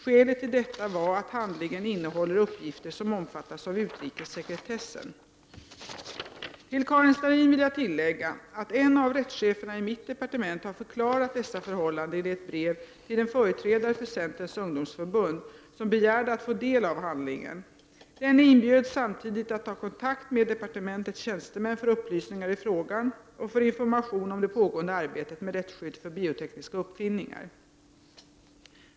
Skälet till detta var att handlingen innehåller uppgifter som omfattas av utrikessekretessen. Till Karin Starrin vill jag tilläga att en av rättscheferna i mitt departement har förklarat dessa förhållanden i ett brev till den företrädare för Centerns ungdomsförbund som begärde att få del av handlingen. Denne inbjöds samtidigt att ta kontakt med departementets tjänstemän för upplysningar i frågan och för information om det pågående arbetet med rättsskydd för biotekniska uppfinningar.